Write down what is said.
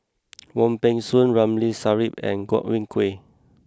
Wong Peng Soon Ramli Sarip and Godwin Koay